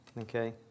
okay